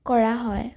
কৰা হয়